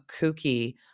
kooky